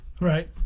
Right